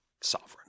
sovereign